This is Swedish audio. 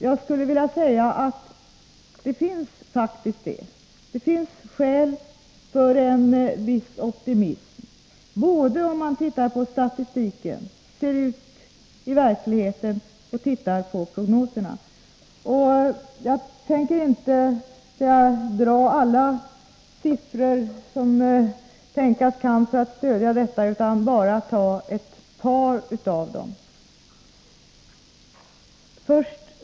Jag skulle vilja säga att det faktiskt finns skäl för en viss optimism både om man ser på statistiken, om man tittar på hur det ser ut i verkligheten och om man tittar på prognoserna. Jag skall inte dra alla siffror som tänkas kan för att stödja detta påstående utan bara ta ett par av dem.